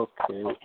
Okay